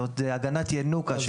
זה הגנת ינוקא.